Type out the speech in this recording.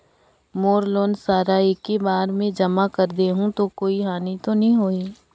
मोर loan सारा एकी बार मे जमा कर देहु तो कोई हानि तो नी होही?